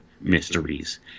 mysteries